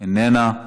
איננה,